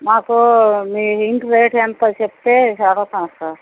మాకు మీ ఇంటి రేటెంతో చెప్తే చేరతాం సార్